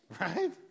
Right